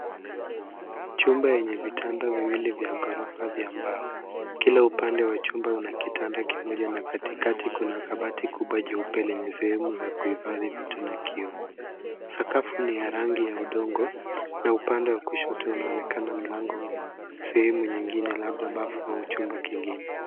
Chumba yenye vitanda viwili vya ghorofa vya mbao. Kila upande wa chumba una kitanda kimoja na katikati kuna kabati kubwa jeupe lenye sehemu za kuhifadhi vitu la kioo. Sakafu ni ya rangi ya udongo na upande wa kushoto unaonekana mlango au sehemu nyingine labda bafu au chimba kingine.